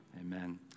Amen